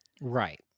Right